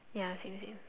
ya same same